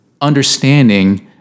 understanding